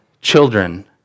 children